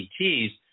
ETs